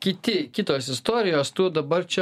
kiti kitos istorijos tu dabar čia